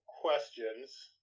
questions